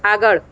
આગળ